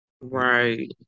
Right